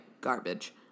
garbage